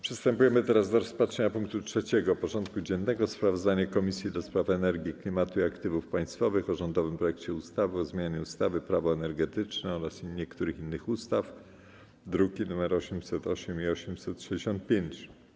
Przystępujemy do rozpatrzenia punktu 3. porządku dziennego: Sprawozdanie Komisji do Spraw Energii, Klimatu i Aktywów Państwowych o rządowym projekcie ustawy o zmianie ustawy - Prawo energetyczne oraz niektórych innych ustaw (druki nr 808 i 865)